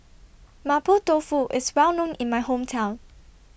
Mapo Tofu IS Well known in My Hometown